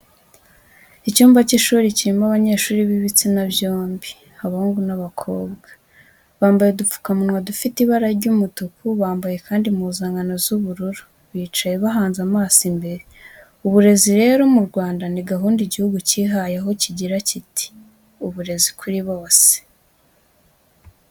Icyumba cy'ishuri kirimo abanyeshuri b'ibitsina byombi, abahungu n'abakobwa. Bambaye udupfukamunwa dufite ibara ry'umutuku, bambaye kandi impuzankano z'ubururu, bicaye bahanze amaso imbere. Uburezi rero mu Rwanda ni gahunda igihugu cyihaye aho kigira kiti: "Uburezi kuri bose."